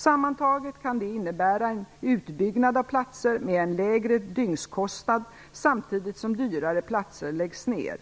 Sammantaget kan detta innebära en utbyggnad av platser med en lägre dygnskostnad, samtidigt som dyrare platser läggs ned.